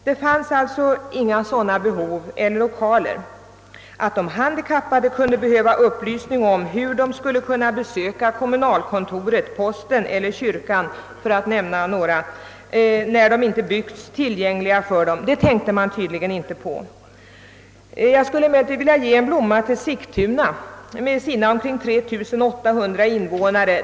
Det fanns alltså inga sådana behov eller lokaler som här avses. Man tänkte tydligen inte på att de handikappade kunde behöva upplysning om hur de skulle kunna besöka t.ex. kommunalkontoret, posten eller kyrkan när dessa lokaler inte byggts tillgängliga för dem. Jag skulle emellertid vilja ge en blomma till Sigtuna med dess omkring 3 800 invånare.